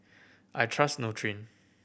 I trust Nutren